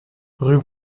rue